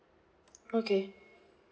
okay